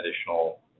additional